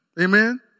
Amen